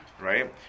Right